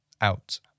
out